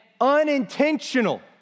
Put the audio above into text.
unintentional